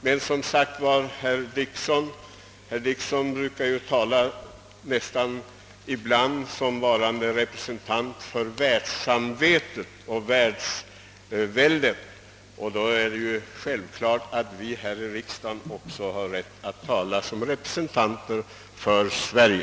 Herr Dickson brukar ju ibland tala som nästan varande representant för världssamvetet och <världsopinionen, och då är det självklart att vi här i riksdagen också har rätt att tala som representanter för Sverige.